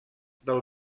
del